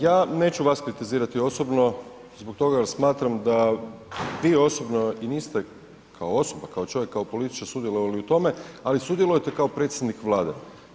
Ja neću vas kritizirati osobno zbog toga jer smatram da vi osobno i niste kao osoba, kao čovjek, kao političar u tome, ali sudjelujete kao predsjednik Vlade.